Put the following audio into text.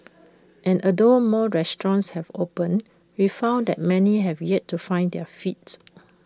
and although more restaurants have opened we found that many have yet to find their feet